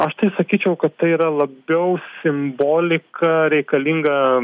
aš tai sakyčiau kad tai yra labiau simbolika reikalinga